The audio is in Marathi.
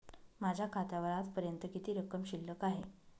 माझ्या खात्यावर आजपर्यंत किती रक्कम शिल्लक आहे?